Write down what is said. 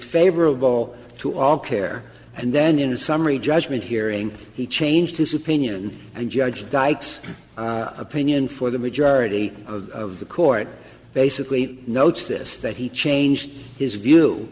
favorable to all care and then in a summary judgment hearing he changed his opinion and judge dykes opinion for the majority of the court basically notes this that he changed his view